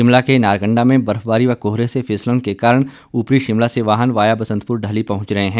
शिमला के नारकंडा में बर्फबारी व कोहरे से फिसलन के कारण उपरी शिमला से वाहन वाया बसंतपुर ढली पहुंच रहे हैं